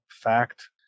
fact